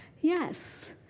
Yes